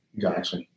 Gotcha